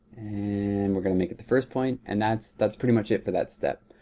and we're gonna make it the first point. and that's that's pretty much it for that step.